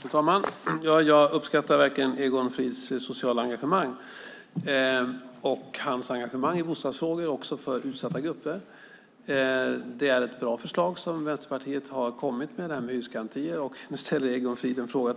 Fru talman! Jag uppskattar verkligen Egon Frids sociala engagemang, särskilt hans engagemang i bostadsfrågor vad gäller utsatta grupper. Det förslag på hyresgarantier som Vänsterpartiet kommit med är bra. Nu ställer Egon Frid en fråga